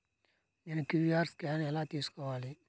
నేను QR scan ఎలా తీసుకోవాలి?